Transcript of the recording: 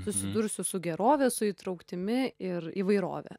susidursiu su gerove su įtrauktimi ir įvairove